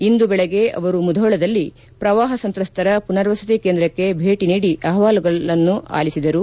ಇಂದು ಬೆಳಗ್ಗೆ ಅವರು ಮುಧೋಳದಲ್ಲಿ ಪ್ರವಾಹ ಸಂತ್ರಸ್ತರ ಪುನರ್ವಸತಿ ಕೇಂದ್ರಕ್ಕೆ ಭೇಟ ನೀಡಿ ಅಹವಾಲುಗಳನ್ನು ಆಲಿಸಿದರು